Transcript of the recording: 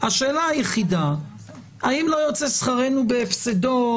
השאלה היחידה האם לא יוצא שכרנו בהפסדו,